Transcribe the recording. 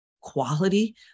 quality